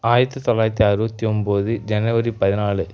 ஆயிரத்து தொள்ளாயிரத்து அறுபத்தி ஒம்பது ஜனவரி பதினாலு